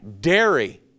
dairy